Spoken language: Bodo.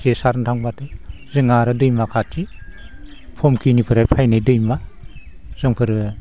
जे सारनो थांब्लाथाय जोंहा आरो दैमा खाथि भुमखिनिफ्राय फायनाय दैमा जोंफोरो